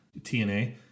TNA